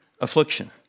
affliction